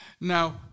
Now